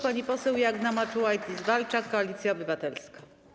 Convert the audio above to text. Pani poseł Jagna Marczułajtis-Walczak, Koalicja Obywatelska.